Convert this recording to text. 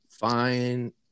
fine